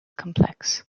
complex